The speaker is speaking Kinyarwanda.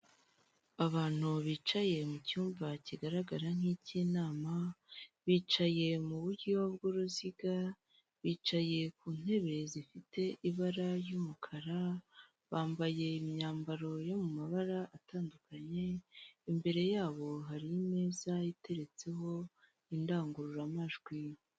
Abantu bicaye mu cyumba kigaragara nk'ik'inama bicaye mu buryo bw'uruziga, bicaye ku ntebe zifite ibara ry'umukara, bambaye imyambaro yo mu mabara atandukanye. Imbere yabo hari ineza iteretseho indangururamajwi.